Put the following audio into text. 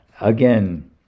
Again